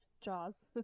jaws